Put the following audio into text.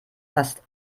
fast